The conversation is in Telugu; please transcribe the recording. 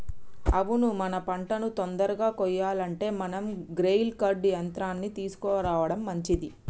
అవును మన పంటను తొందరగా కొయ్యాలంటే మనం గ్రెయిల్ కర్ట్ యంత్రాన్ని తీసుకురావడం మంచిది